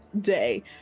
day